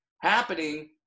happening